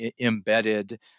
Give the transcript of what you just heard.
embedded